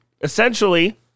essentially